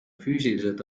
füüsiliselt